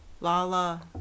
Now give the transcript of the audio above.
Lala